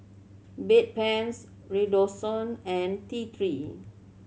Bedpans Redoxon and T Three